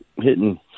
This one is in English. hitting